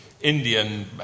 Indian